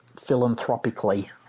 philanthropically